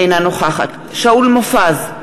אינה נוכחת שאול מופז,